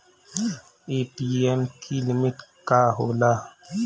ATM की limit का होला?